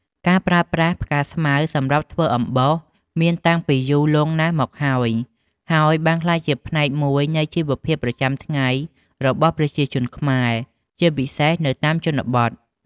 ការប្រើប្រាស់ផ្កាស្មៅ សម្រាប់ធ្វើអំបោសមានតាំងពីយូរលង់ណាស់មកហើយ ហើយបានក្លាយជាផ្នែកមួយនៃជីវភាពប្រចាំថ្ងៃរបស់ប្រជាជនខ្មែរ ជាពិសេសនៅតាមតំបន់ជនបទ។។